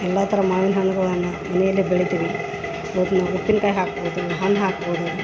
ಎಲ್ಲ ಥರ ಮಾವಿನ ಹಣ್ಣುಗಳನ್ನ ಮನೆಯಲ್ಲೆ ಬೆಳಿತೀವಿ ಅದನ್ನ ಉಪ್ಪಿನಕಾಯಿ ಹಾಕ್ಬೋದು ಹಣ್ಣು ಹಾಕ್ಬೋದು